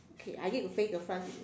okay I need to face the front